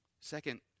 Second